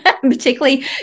particularly